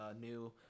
new